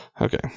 Okay